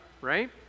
right